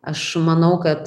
aš manau kad